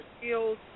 skills